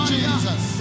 Jesus